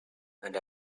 and